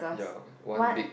ya one big